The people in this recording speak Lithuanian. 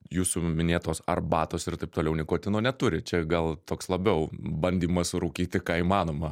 jūsų minėtos arbatos ir taip toliau nikotino neturi čia gal toks labiau bandymas rūkyti ką įmanoma